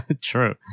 True